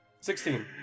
Sixteen